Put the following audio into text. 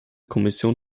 kommission